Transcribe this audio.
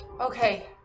Okay